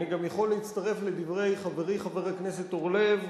אני גם יכול להצטרף לדברי חברי חבר הכנסת אורלב,